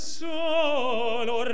solo